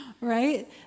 right